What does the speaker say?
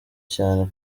cyane